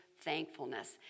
thankfulness